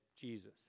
Jesus